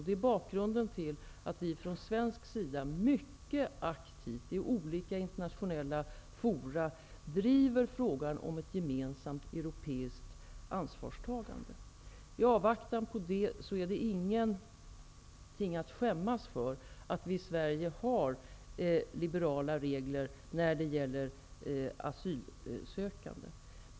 Det är bakgrunden till att vi från svensk sida mycket aktivt i olika internationella fora driver frågan om ett gemensamt europeiskt ansvarstagande. I avvaktan på det är det ingenting att skämmas för att vi i Sverige har liberala regler för asylsökande.